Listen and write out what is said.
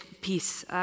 peace